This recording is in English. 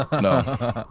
No